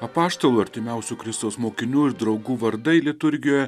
apaštalų artimiausių kristaus mokinių ir draugų vardai liturgijoje